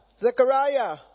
Zechariah